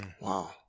Wow